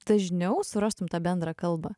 dažniau surastum tą bendrą kalbą